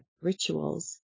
rituals